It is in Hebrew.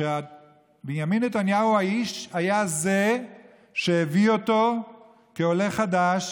כשבנימין נתניהו היה האיש שהביא אותו כעולה חדש,